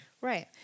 Right